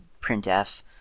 printf